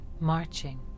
marching